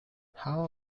how